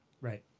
Right